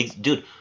Dude